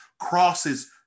crosses